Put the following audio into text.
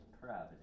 gravity